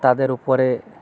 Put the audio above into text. তাদের উপরে